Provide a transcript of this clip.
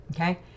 okay